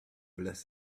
bless